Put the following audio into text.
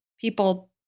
people